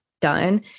done